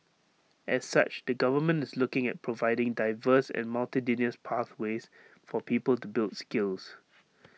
as such the government is looking at providing diverse and multitudinous pathways for people to build skills